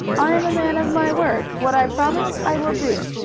i am a man of my word. what i promise, i will do.